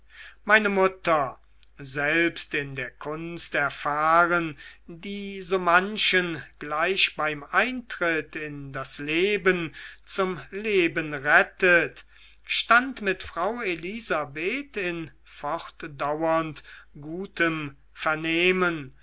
meine mutter selbst in der kunst erfahren die so manchen gleich beim eintritt in das leben zum leben rettet stand mit frau elisabeth in fortdauernd gutem vernehmen